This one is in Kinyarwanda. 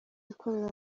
ikorera